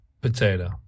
Potato